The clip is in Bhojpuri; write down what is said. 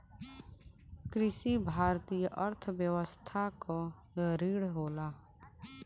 कृषि भारतीय अर्थव्यवस्था क रीढ़ होला